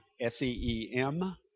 S-E-E-M